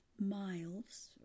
miles